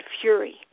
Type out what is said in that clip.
fury